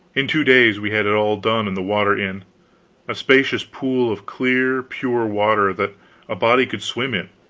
in two days we had it all done and the water in a spacious pool of clear pure water that a body could swim in.